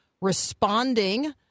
responding